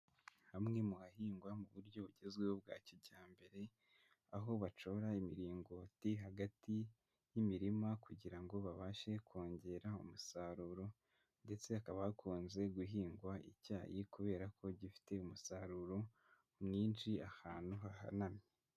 Hamwe mu hahingwa mu buryo bugezweho bwa kijyambere, aho bacora imiringoti hagati y’imirima kugira ngo babashe kongera umusaruro, ndetse hakaba hakunze guhingwa icyayi kubera ko gifite umusaruro mwinshi ahantu hahanamye.